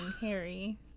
Harry